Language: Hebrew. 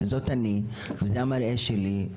זאת אני וזה המראה שלי.